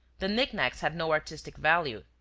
the knicknacks had no artistic value.